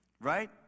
right